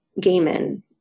Gaiman